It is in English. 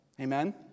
Amen